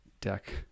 deck